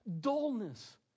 dullness